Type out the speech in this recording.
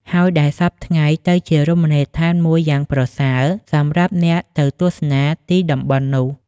ហើយដែលសព្វថ្ងៃ ទៅជារមណីយដ្ឋានមួយយ៉ាងប្រសើរ សម្រាប់អ្នកទៅទស្សនាទីតំបន់នោះ ។